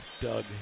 Doug